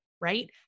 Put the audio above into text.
right